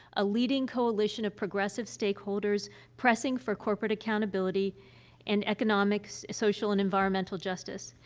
a leading coalition of progressive stakeholders pressing for corporate accountability and economics, social, and environmental justice.